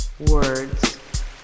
words